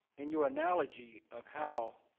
in your analogy of how